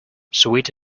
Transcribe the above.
sweet